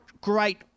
great